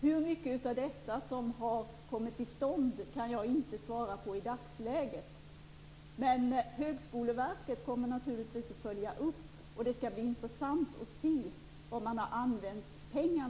Hur mycket av detta som har kommit till stånd kan jag inte svara på i dagsläget, men Högskoleverket kommer naturligtvis att följa upp frågan, och det skall bli intressant att se vad pengarna har använts till.